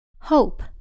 hope